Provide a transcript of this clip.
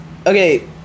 Okay